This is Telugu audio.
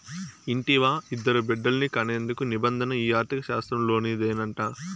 ఇంటివా, ఇద్దరు బిడ్డల్ని కనేందుకు నిబంధన ఈ ఆర్థిక శాస్త్రంలోనిదేనంట